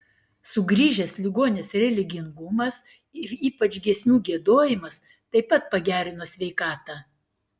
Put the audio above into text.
sugrįžęs ligonės religingumas ir ypač giesmių giedojimas taip pat pagerino sveikatą